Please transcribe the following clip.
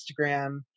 Instagram